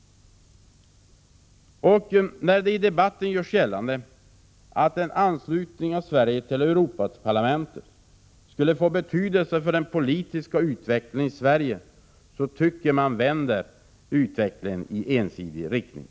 När det i debatten görs gällande att en anslutning av Sverige till Europaparlamentet skulle få betydelse för den politiska utvecklingen i Sverige, tycker jag att man försöker vrida utvecklingen i enbart en viss riktning.